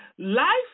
Life